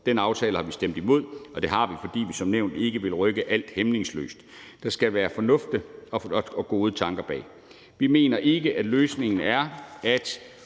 Den aftale har vi stemt imod. Det har vi, fordi vi som nævnt ikke vil rykke alt hæmningsløst. Der skal være fornuft og gode tanker bag. Vi mener ikke, at løsningen er, at